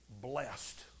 blessed